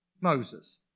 Moses